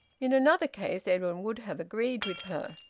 in another case edwin would have agreed with her,